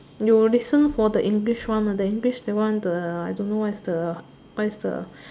you will listen for the English one the English that one I don't know what's the what's the